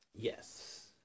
Yes